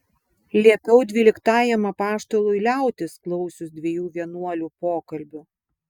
liepiau dvyliktajam apaštalui liautis klausius dviejų vienuolių pokalbių